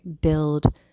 build